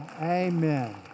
Amen